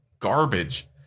Garbage